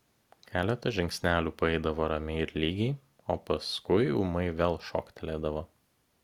keletą žingsnelių paeidavo ramiai ir lygiai o paskui ūmai vėl šoktelėdavo